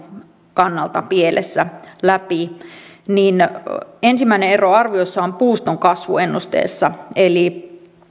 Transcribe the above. kannalta pielessä niin ensimmäinen ero arviossa on puuston kasvuennusteessa eli